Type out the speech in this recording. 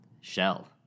shell